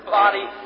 body